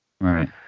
Right